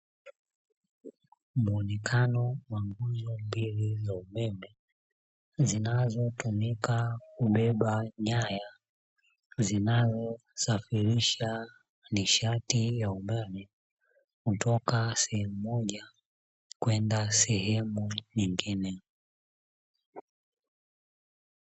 Muonekano wa nguzo mbili za umeme zinazotumika kubeba nyaya, zinazosafirisha nishati ya umeme kutoka sehemu moja kwenda sehemu nyingine.